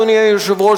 אדוני היושב-ראש,